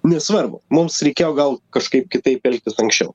nesvarbu mums reikėjo gal kažkaip kitaip elgtis anksčiau